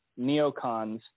neocons